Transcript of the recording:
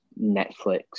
Netflix